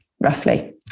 roughly